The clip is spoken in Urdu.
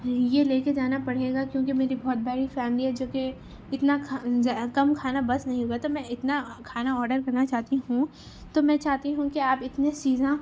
یہ لے کے جانا پڑے گا کیونکہ میری بہت بڑی فیملی ہے جو کہ اتنا کھا کم کھانا بس نہیں ہوگا تو میں اتنا کھانا آرڈر کرنا چاہتی ہوں تو میں چاہتی ہوں کہ آپ اتنے چیزیں